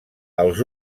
els